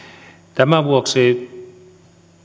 tämän vuoksi